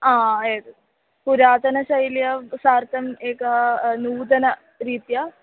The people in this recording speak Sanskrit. आ एतत् पुरातनशैल्या सार्थम् एका नूतनरीत्या